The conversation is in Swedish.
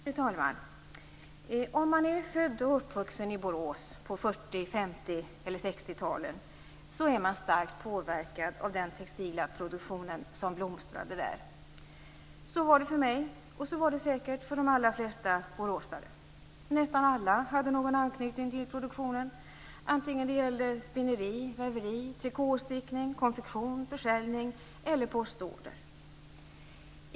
Fru talman! Om man är född och uppvuxen i Borås på 40-, 50 eller 60-talet är man starkt påverkad av den textila produktion som blomstrade där. Så var det för mig, och så var det säkert för de allra flesta boråsare. Nästan alla hade någon anknytning till produktionen, oavsett om det gällde spinneri, väveri, trikåstickning, konfektion, försäljning eller postorder.